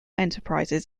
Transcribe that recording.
enterprises